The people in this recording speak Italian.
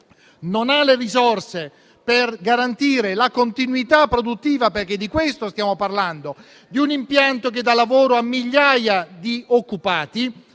non ha le risorse per garantire la continuità produttiva - perché di questo stiamo parlando - di un impianto che dà lavoro a migliaia di occupati,